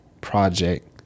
project